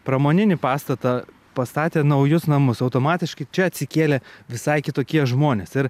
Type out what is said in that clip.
pramoninį pastatą pastatė naujus namus automatiškai čia atsikėlė visai kitokie žmonės ir